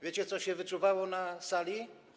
Wiecie, co się wyczuwało na sali?